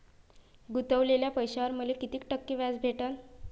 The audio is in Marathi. गुतवलेल्या पैशावर मले कितीक टक्के व्याज भेटन?